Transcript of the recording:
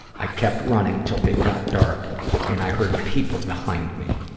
i kept running till it got dark and i heard people behind me.